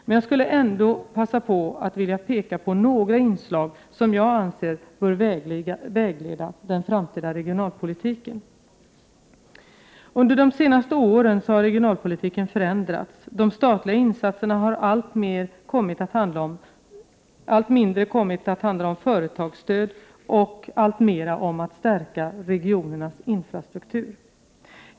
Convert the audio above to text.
Men jag skulle ändå vilja peka på några inslag som jag anser bör vägleda den framtida regionalpolitiken. Under de senaste åren har regionalpolitiken förändrats. De statliga insatserna har allt mindre kommit att handla om företagsstöd och alltmer om att stärka regionernas infrastruktur.